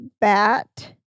bat